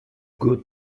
good